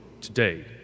today